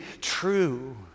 true